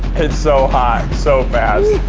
it's so hot so fast.